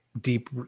deep